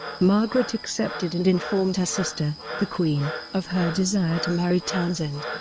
margaret accepted and informed her sister, the queen, of her desire to marry townsend.